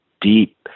deep